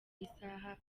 isaha